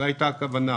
זו הייתה הכוונה,